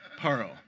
pearl